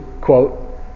quote